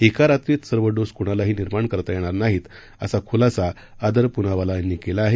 एका रात्रीत सर्व डोस कुणालाही निर्माण करता येणार नाही असा खुलासा आदर पूनावाला यांनी केला आहे